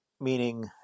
meaning